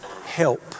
help